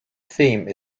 theme